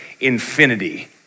infinity